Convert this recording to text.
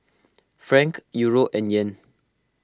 Franc Euro and Yen